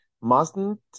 mustn't